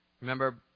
Remember